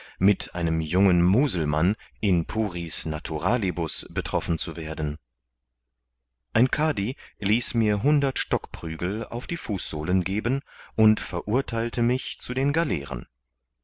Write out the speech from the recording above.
mit einem jungen muselmann in puris naturalibus betroffen zu werden ein kadi ließ mir hundert stockprügel auf die fußsohlen geben und verurtheilte mich zu den galeeren